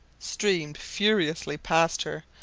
streamed furiously past her,